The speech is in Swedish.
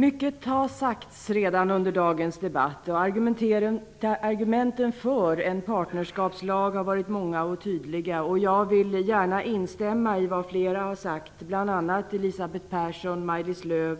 Fru talman! Mycket har redan sagts under dagens debatt. Argumenten för en partnerskapslag har varit många och tydliga. Jag vill gärna instämma i vad flera talare har sagt, bl.a. Elisabeth Persson, Maj-Lis Lööw,